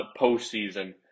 postseason